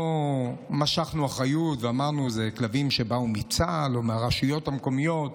לא הסרנו אחריות ואמרנו: אלה כלבים שבאו מצה"ל או מהרשויות המקומיות.